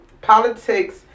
Politics